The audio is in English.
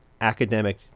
academic